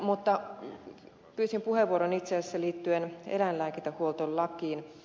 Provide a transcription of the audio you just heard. mutta pyysin puheenvuoron itse asiassa liittyen eläinlääkintähuoltolakiin